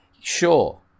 Sure